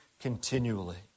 continually